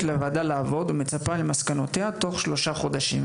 לוועדה לעבוד ומצפה למסקנותיה בתוך שלושה חודשים,